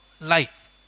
life